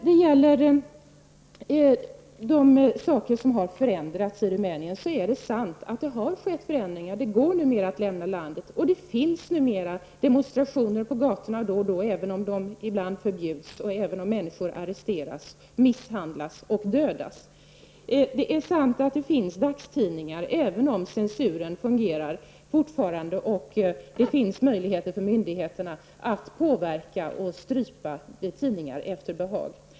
Det är sant att det har skett förändringar i Rumänien. Det går numera att lämna landet. Det förekommer då och då demonstrationer på gatorna, även om de ibland förbjuds och människor arresteras, misshandlas och dödas. Det är sant att det finns dagstidningar, även om censuren fortfarande fungerar och myndigheterna har möjligheter att påverka och strypa tidningar efter behag.